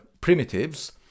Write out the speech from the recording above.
primitives